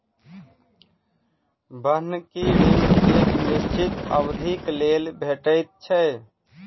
बन्हकी ऋण एक निश्चित अवधिक लेल भेटैत छै